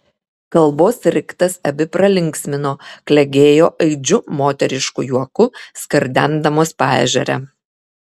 kalbos riktas abi pralinksmino klegėjo aidžiu moterišku juoku skardendamos paežerę